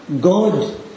God